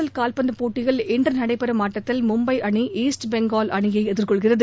L கால்பந்துப் போட்டியில் இன்று நடைபெறும் ஆட்டத்தில் மும்பை அணி ஈஸ்ட் பெங்கால் அணியை எதிர்கொள்கிறது